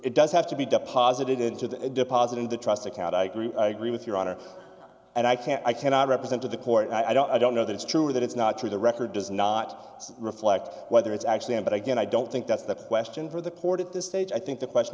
it does have to be deposited into the deposit in the trust account i agree i agree with your honor and i can't i cannot represent to the court i don't i don't know that it's true that it's not true the record does not reflect whether it's actually on but again i don't think that's the question for the port at this stage i think the question